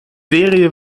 serie